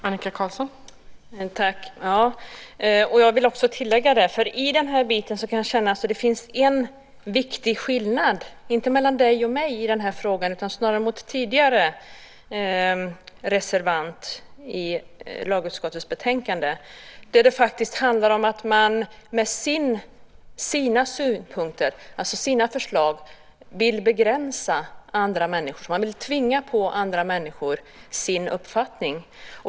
Fru talman! Jag vill tillägga att det finns en viktig skillnad. Det gäller inte mellan dig och mig i den här frågan, utan snarare gentemot tidigare talare och reservant till lagutskottets betänkande. Det handlar om att man med sina synpunkter och förslag vill begränsa andra människor. Man vill tvinga på andra människor sin uppfattning.